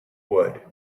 would